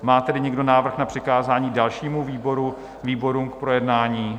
Má tedy někdo návrh na přikázání dalšímu výboru výborům k projednání?